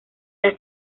las